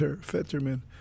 Fetterman